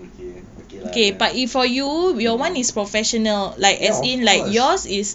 okay okay lah then mm ya of course